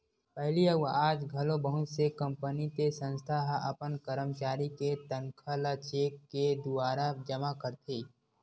पहिली अउ आज घलो बहुत से कंपनी ते संस्था ह अपन करमचारी के तनखा ल चेक के दुवारा जमा करथे